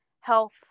health